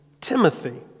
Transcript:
Timothy